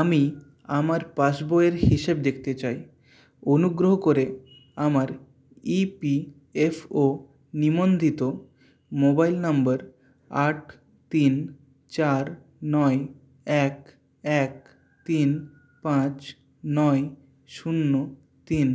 আমি আমার পাসবইয়ের হিসেব দেখতে চাই অনুগ্রহ করে আমার ইপিএফও নিবন্ধিত মোবাইল নাম্বার আট তিন চার নয় এক এক তিন পাঁচ নয় শূন্য তিন